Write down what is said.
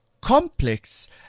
Complex